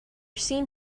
seen